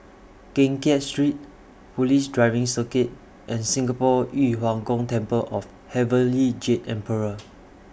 Keng Kiat Street Police Driving Circuit and Singapore Yu Huang Gong Temple of Heavenly Jade Emperor